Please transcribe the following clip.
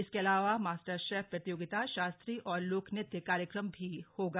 इसके अलावा master chef प्रतियोगिता शास्त्रीय और लोक नृत्य कार्यक्रम भी होगा